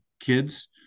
kids